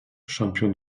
champion